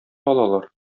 алалар